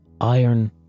iron